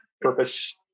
Purpose